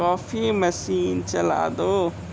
coffee machine चला दो